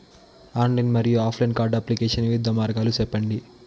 Online మరియు offline card application వివిధ మార్గాలు సెప్పండి?